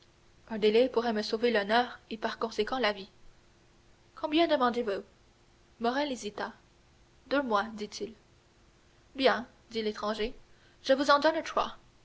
un délai pourrait me sauver l'honneur et par conséquent la vie combien demandez-vous morrel hésita deux mois dit-il bien dit l'étranger je vous en donne trois